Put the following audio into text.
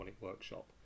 Workshop